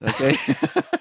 okay